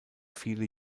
viele